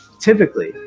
typically